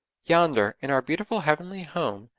yonder, in our beautiful heavenly home,